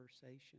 conversation